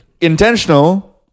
intentional